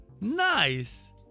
Nice